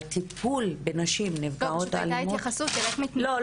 על טיפול בנשים נפגעות אלימות --- זאת פשוט היתה התייחסות --- לא,